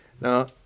Now